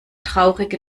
traurige